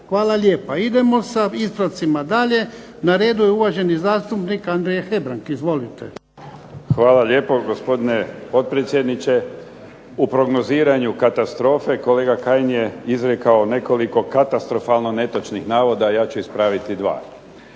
Hvala lijepa. Idemo sa ispravcima dalje. Na redu je uvaženi zastupnik Andrija Hebrang. Izvolite. **Hebrang, Andrija (HDZ)** Hvala lijepo gospodine potpredsjedniče. U prognoziranju katastrofe kolega Kajin je izrekao nekoliko katastrofalno netočnih navoda, a ja ću ispraviti dva.